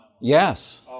Yes